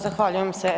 Zahvaljujem se.